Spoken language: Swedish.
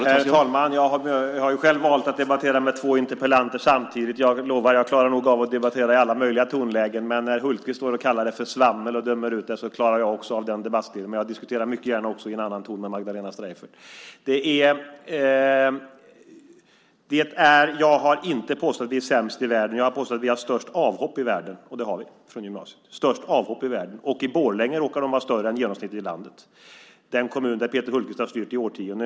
Herr talman! Jag har ju själv valt att debattera med två interpellanter samtidigt. Jag lovar att jag nog klarar av att debattera i alla möjliga tonlägen. När Hultqvist kallar det för svammel och dömer ut det klarar jag också av den debattstilen. Men jag diskuterar mycket gärna också i en annan ton med Magdalena Streijffert. Jag har inte påstått att vi är sämst i världen. Jag har påstått att vi har störst antal avhopp i världen från gymnasiet, och det har vi. Och i Borlänge råkar det vara större än genomsnittet i landet, den kommun där Peter Hultqvist har styrt i årtionden.